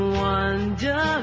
wonder